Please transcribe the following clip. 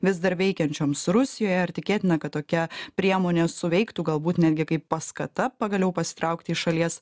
vis dar veikiančioms rusijoje ir tikėtina kad tokia priemonė suveiktų galbūt netgi kaip paskata pagaliau pasitraukt iš šalies